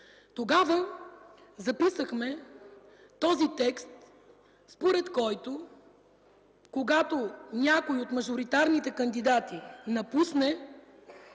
Тогава записахме този текст, според който, когато някой от мажоритарните кандидати напусне